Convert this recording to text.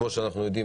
כמו שאנחנו יודעים,